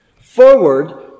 Forward